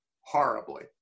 horribly